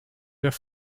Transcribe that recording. their